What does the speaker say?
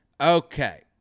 Okay